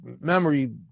memory